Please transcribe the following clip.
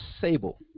Sable